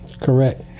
Correct